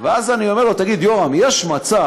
ואז אני אומר לו: תגיד, יורם, יש מצב